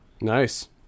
nice